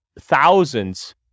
thousands